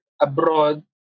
abroad